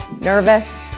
nervous